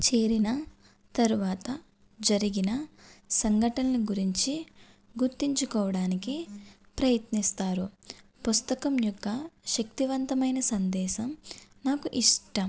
చేరిన తరువాత జరిగిన సంఘటనల గురించి గుర్తించుకోవడానికి ప్రయత్నిస్తారు పుస్తకం యొక్క శక్తివంతమైన సందేశం నాకు ఇష్టం